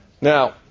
Now